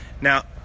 Now